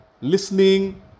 listening